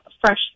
fresh